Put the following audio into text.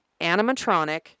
animatronic